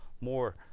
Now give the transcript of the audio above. more